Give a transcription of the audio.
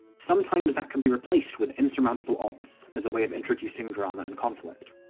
sometimes that can be replaced with insurmountable odds, as a way of introducing drama and conflict.